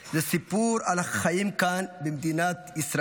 זה סיפור על החיים כאן, במדינת ישראל.